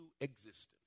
existence